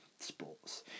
Sports